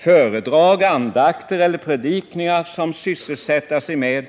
Föredrag, andakter eller predikningar, som sysselsätta sig med